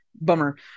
Bummer